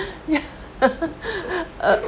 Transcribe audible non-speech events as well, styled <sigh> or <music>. <laughs> ya uh